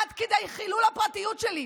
עד כדי חילול הפרטיות שלי.